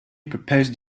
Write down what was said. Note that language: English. proposed